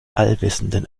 allwissenden